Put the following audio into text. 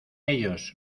ellos